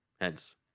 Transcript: Hence